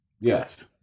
yes